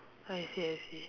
I see I see